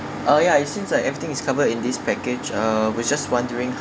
uh yeah it seems like everything is covered in this package uh was just wondering